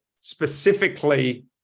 specifically